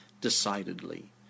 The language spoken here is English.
decidedly